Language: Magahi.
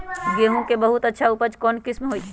गेंहू के बहुत अच्छा उपज कौन किस्म होई?